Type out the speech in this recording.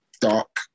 dark